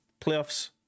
playoffs